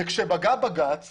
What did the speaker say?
כשבג"ץ קבע,